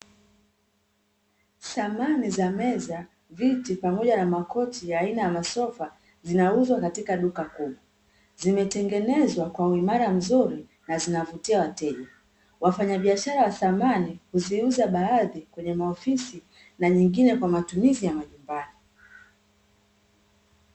Samani za meza, viti, pamoja na makochi aina ya masofa zinauzwa katika duka kubwa, zimetengenezwa kwa uimara mzuri na zinavutia wateja, wafanyabiashara wa samani huziuza baadhi kwenye maofisi na nyingine kwa matumizi ya majumbani.